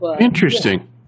Interesting